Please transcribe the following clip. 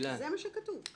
זה מה שכתוב.